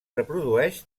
reprodueix